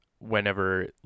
whenever